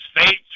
states